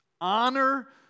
Honor